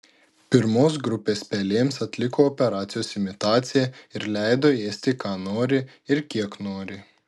pirmos grupės pelėms atliko operacijos imitaciją ir leido ėsti ką nori ir kiek nori